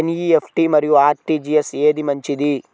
NEFT మరియు RTGS ఏది మంచిది?